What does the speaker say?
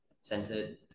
centered